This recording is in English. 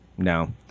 No